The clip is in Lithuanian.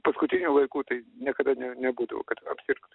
paskutiniu laiku tai niekada ne nebūdavo kad apsirgt